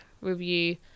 review